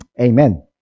Amen